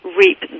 reap